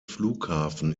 flughafen